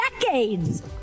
decades